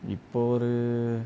இப்போ ஒரு:ippo oru